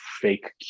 fake